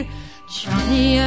Johnny